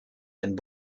and